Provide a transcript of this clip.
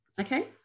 Okay